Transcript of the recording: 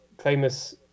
famous